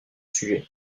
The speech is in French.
sujets